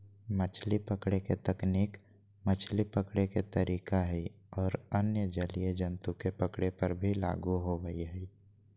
मछली पकड़े के तकनीक मछली पकड़े के तरीका हई आरो अन्य जलीय जंतु के पकड़े पर भी लागू होवअ हई